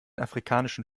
afrikanischen